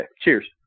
cheers